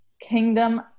kingdom